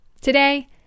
Today